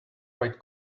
quite